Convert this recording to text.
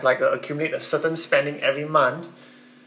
like uh accumulate a certain spending every month